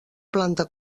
planta